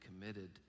committed